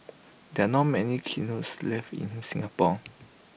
there are not many left in Singapore